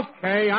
Okay